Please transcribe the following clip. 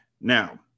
Now